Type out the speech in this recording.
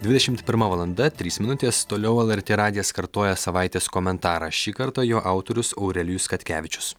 dvidešimt pirma valanda trys minutės toliau lrt radijas kartoja savaitės komentarą šį kartą jo autorius aurelijus katkevičius